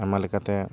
ᱟᱭᱢᱟ ᱞᱮᱠᱟᱛᱮ